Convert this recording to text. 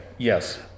Yes